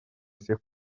всех